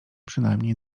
przynajmniej